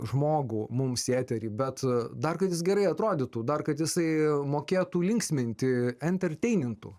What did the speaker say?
žmogų mums į eterį bet dar kad jis gerai atrodytų dar kad jisai mokėtų linksminti enterteinintų